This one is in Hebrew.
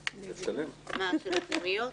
רק להבין שאולי באופן פרטי מורה יכולה להיפגש עם תלמידים